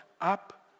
up